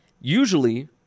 Usually